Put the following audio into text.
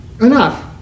enough